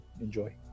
Enjoy